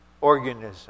organism